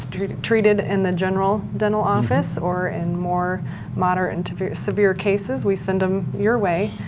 treated treated in the general dental office or in more moderate and to severe cases, we send them your way,